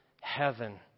heaven